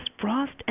Frost &